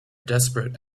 desperate